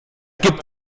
gibt